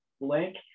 link